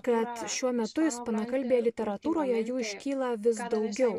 kad šiuo metu ispanakalbėje literatūroje jų iškyla vis daugiau